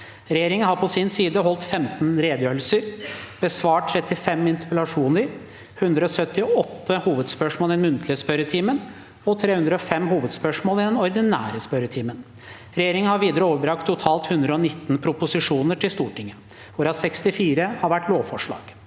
Regjeringen har på sin side holdt 15 redegjørelser og besvart 35 interpellasjoner, 178 hovedspørsmål i den muntlige spørretimen og 305 hovedspørsmål i den ordinære spørretimen. Regjeringen har videre overbrakt totalt 119 proposisjoner til Stortinget, hvorav 64 har vært lovforslag.